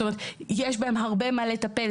זאת אומרת, יש בהם הרבה מה לטפל.